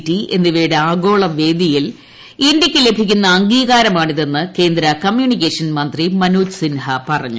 T എന്നിവയുടെ ആഗോളവേദിയിൽ ഇന്ത്യയ്ക്ക് ലഭിക്കുന്ന അംഗീകാരമാണിതെന്നു കേന്ദ്ര കുമ്പ്പിണ്ക്കേഷൻ മന്ത്രി മനോജ് സിൻഹ പറഞ്ഞു